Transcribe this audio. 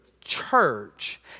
church